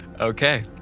okay